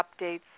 updates